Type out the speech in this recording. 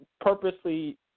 purposely